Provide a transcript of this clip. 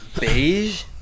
Beige